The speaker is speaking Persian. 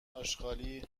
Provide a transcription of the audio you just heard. آشغالی